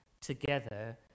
together